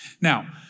Now